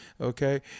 okay